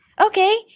Okay